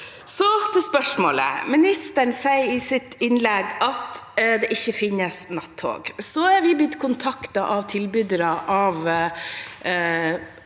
Så til spørsmålet: Ministeren sier i sitt innlegg at det ikke finnes nattog, men vi er blitt kontaktet av tilbydere som